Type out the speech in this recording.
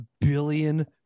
billion